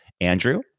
Andrew